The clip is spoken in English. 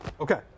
Okay